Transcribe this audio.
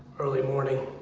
early morning,